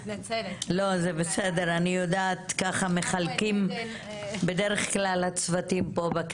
עדי נעמת, מהמועצה לשלום הילד, בבקשה.